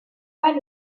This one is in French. pas